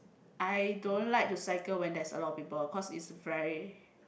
I don't like to cycle when there's a lot of people cause is very